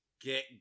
get